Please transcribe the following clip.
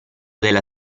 della